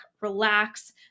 relax